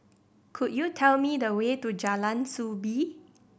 could you tell me the way to Jalan Soo Bee